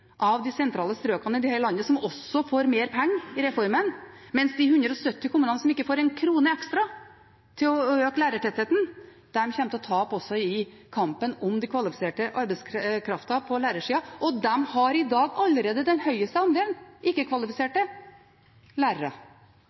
av de sentrale strøkene i dette landet, som også får mer penger i reformen. De 170 kommunene som ikke får en krone ekstra til å øke lærertettheten, kommer til å tape også i kampen om den kvalifiserte arbeidskraften på lærersida, og de har i dag allerede den høyeste andelen ikke-kvalifiserte lærere.